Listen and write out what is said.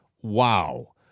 wow